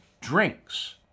drinks